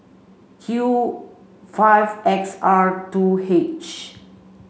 Q five X R two H